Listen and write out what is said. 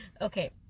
Okay